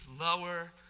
lower